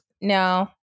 no